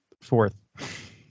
fourth